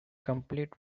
complete